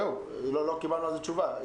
לא קיבלנו על זה תשובה.